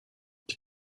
die